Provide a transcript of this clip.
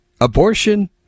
abortion